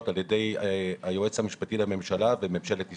על ידי היועץ המשפטי לממשלה וממשלת ישראל,